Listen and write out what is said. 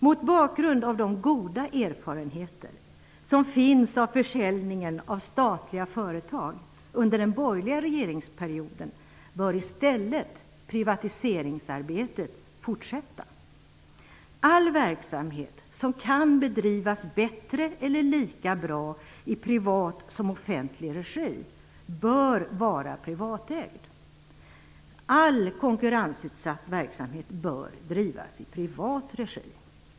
Mot bakgrund av de goda erfarenheter som finns av försäljningen av statliga företag under den borgerliga regeringsperioden bör i stället privatiseringsarbetet fortsätta. All verksamhet som kan bedrivas bättre eller lika bra i privat som i offentlig regi bör vara privatägd. All konkurrensutsatt verksamhet bör drivas i privat regi.